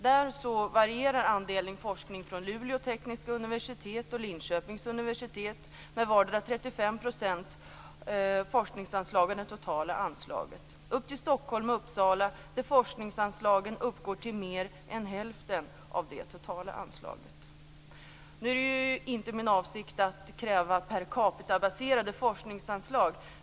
Där varierar andelen forskning från Luleå Tekniska Universitet och Linköpings Universitet med vardera 35 % forskningsanslag av det totala anslaget upp till Stockholm och Uppsala, där forskningsanslagen uppgår till mer än hälften av det totala anslaget. Nu är det inte min avsikt att kräva per-capita-baserade forskningsanslag.